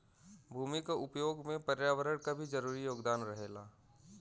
भूमि क उपयोग में पर्यावरण क भी जरूरी योगदान रहेला